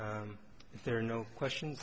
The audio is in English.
if there are no question